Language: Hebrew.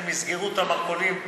אם יסגרו את המרכולים,